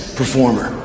performer